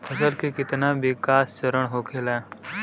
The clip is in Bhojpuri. फसल के कितना विकास चरण होखेला?